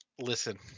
Listen